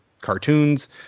cartoons